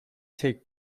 take